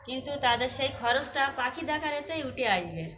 কিন্তু তাদের সেই খরচটা পাখি দেখার ইয়েতেই উঠে আসবে